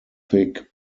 thick